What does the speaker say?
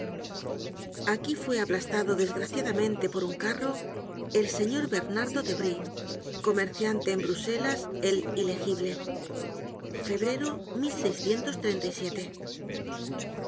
aquí fue aplastado desgraciadamente por un carro el señor bernardo de brye comerciante en bruselas el ilegible febrero